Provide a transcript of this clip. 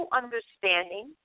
understanding